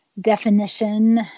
definition